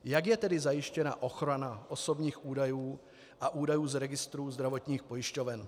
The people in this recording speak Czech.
Jak je tedy zajištěna ochrana osobních údajů a údajů z registrů zdravotních pojišťoven?